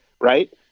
right